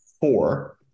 four